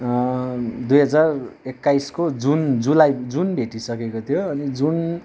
दुई हजार एक्काइसको जुन जुलाई जुन भेटिसकेको थियो अनि जुन